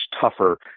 tougher